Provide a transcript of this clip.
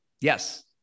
Yes